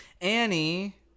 Annie